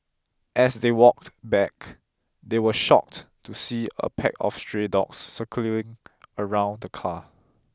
as they walked back they were shocked to see a pack of stray dogs circling around the car